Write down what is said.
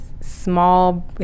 small